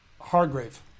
Hargrave